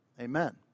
Amen